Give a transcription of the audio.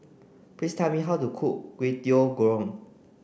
please tell me how to cook Kway Teow Goreng